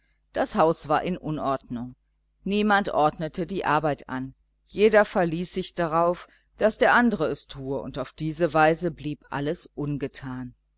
das haus war in unordnung niemand ordnete die arbeit an jeder verließ sich darauf daß der andre es tue und auf diese weise blieb alles ungetan